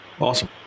Awesome